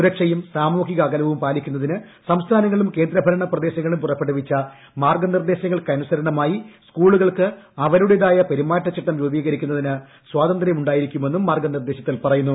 സുരക്ഷയും സാമൂഹിക അകലവും പാലിക്കുന്നതിന് സംസ്ഥാനങ്ങളും കേന്ദ്ര ഭരണപ്രദേശങ്ങളും പുറപ്പെടുവിച്ച മാർഗ്ഗ നിർദ്ദേശങ്ങൾക്ക് അനുസരണമായി സ്കൂളുകൾക്ക് അവരുടേതായ പെരുമാറ്റച്ചട്ടം രൂപീകരിക്കുന്നതിന് സ്വാതന്ത്ര്യമുണ്ടായിരിക്കുമെന്നും മാർഗ്ഗനിർദ്ദേശത്തിൽ പറയുന്നു